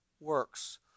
works